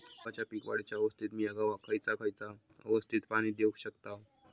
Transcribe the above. गव्हाच्या पीक वाढीच्या अवस्थेत मिया गव्हाक खैयचा खैयचा अवस्थेत पाणी देउक शकताव?